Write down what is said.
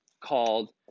called